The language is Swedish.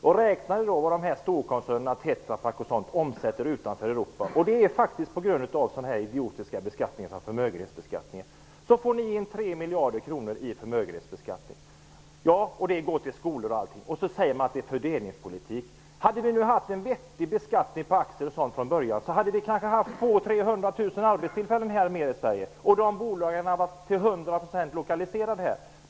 Om man räknar på vad storkoncernerna Tetrapak m.fl. omsätter utanför Sverige, beroende på idiotiska beskattningar såsom förmögenhetsbeskattningen, kommer man fram till 3 miljarder kronor i förmögenhetsbeskattning som skulle kunna användas till skolor m.m. Det säger ni är fördelningspolitik. Om vi från början hade haft en vettig beskattning på aktier, hade vi kanske haft 200 000--300 000 fler arbetstillfällen här i Sverige och bolagen skulle till hundra procent ha varit lokaliserade här.